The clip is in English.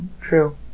True